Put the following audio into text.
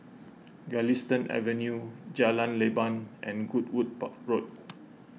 Galistan Avenue Jalan Leban and Goodwood Park Road